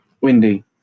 windy